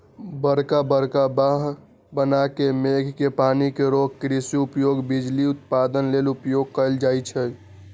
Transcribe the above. बरका बरका बांह बना के मेघ के पानी के रोक कृषि उपयोग, बिजली उत्पादन लेल उपयोग कएल जाइ छइ